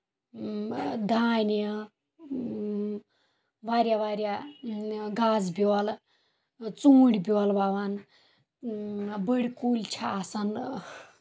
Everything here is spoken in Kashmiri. دانہِ واریاہ واریاہ گاسہٕ بیول ژوٗنٛٹھِ بیول وَوان بٔڑ کُلۍ چھِ آسان